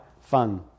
fun